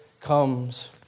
comes